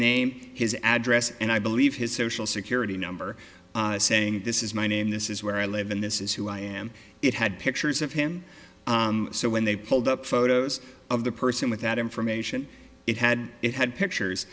name his address and i believe his social security number saying this is my name this is where i live in this is who i am it had pictures of him so when they pulled up photos of the person with that information it had it had